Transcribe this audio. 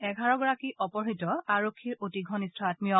এঘাৰগৰাকী অপহৃত আৰক্ষীৰ অতি ঘনিষ্ঠ আঘীয়